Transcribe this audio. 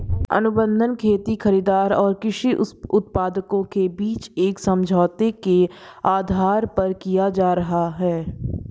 अनुबंध खेती खरीदार और कृषि उत्पादकों के बीच एक समझौते के आधार पर किया जा रहा है